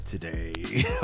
today